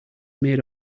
made